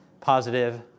positive